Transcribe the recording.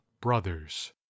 BROTHERS